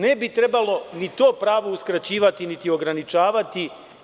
Ne bi trebalo to pravo uskraćivati, niti ograničavati.